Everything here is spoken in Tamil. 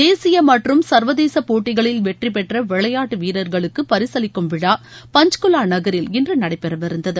தேசிய மற்றும் சர்வதேச போட்டிகளில் வெற்றிபெற்ற விளையாட்டு வீரர்களுக்கு பரிசளிக்கும் விழா பன்ச் குலா நகரில் இன்று நடைபெறவிருந்தது